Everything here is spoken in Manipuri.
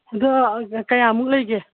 ꯑꯗꯣ ꯀꯌꯥꯃꯨꯛ ꯂꯩꯒꯦ